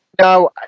No